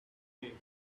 day